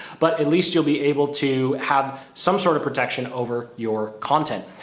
but at least you'll be able to have some sort of protection over your content.